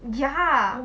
ya